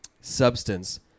substance